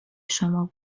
شما